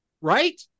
right